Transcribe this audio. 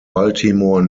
baltimore